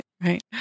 right